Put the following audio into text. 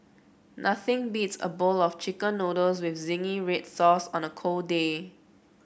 nothing beats a bowl of chicken noodles with zingy red sauce on a cold day